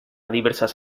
diversas